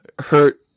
hurt